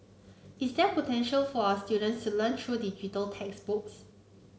is there potential for our students to learn through digital textbooks